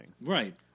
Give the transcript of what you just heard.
Right